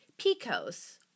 Picos